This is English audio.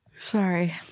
Sorry